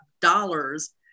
dollars